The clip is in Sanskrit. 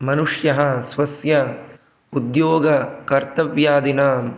मनुष्यः स्वस्य उद्योगकर्तव्यादिना